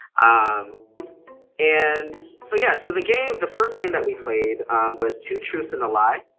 um and so yeah, so the game, the first game that we played was two truths and a lie.